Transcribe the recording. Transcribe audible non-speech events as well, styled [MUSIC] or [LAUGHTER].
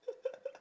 [LAUGHS]